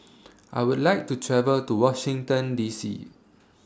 I Would like to travel to Washington D C